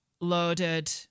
loaded